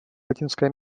латинской